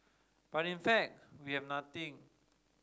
but in fact we have nothing